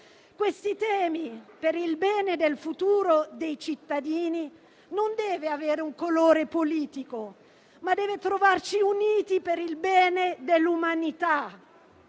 Questi temi, per il bene del futuro dei cittadini, non devono avere un colore politico, ma devono trovarci uniti per il bene dell'umanità.